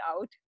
out